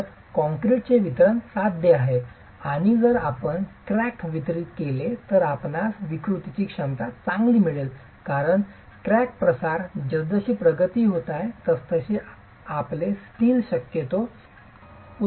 तर क्रॅकिंगचे वितरण साध्य आहे आणि जर आपण क्रॅक वितरित केले तर आपणास विकृतीची क्षमता चांगली मिळेल कारण क्रॅक प्रसार जसजशी प्रगती होत आहे तसतसे आपले स्टील शक्यतो उत्पन्न देण्यास सुरवात करू शकते